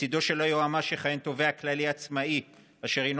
לצידו של היועמ"ש יכהן תובע כללי עצמאי אשר אינו